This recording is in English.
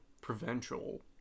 provincial